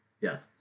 Yes